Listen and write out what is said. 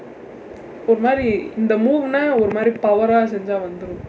ஒரு மாதிரி இந்த:oru maathiri intha move-naa ஒரு மாதிரி:oru maathiri power ah செஞ்சா வந்துரும்:senjsaa vandthurum